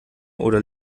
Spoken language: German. oder